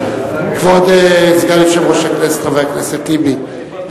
כבוד סגן יושב-ראש הכנסת חבר הכנסת טיבי,